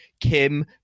Kim